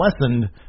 lessened